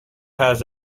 has